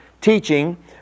teaching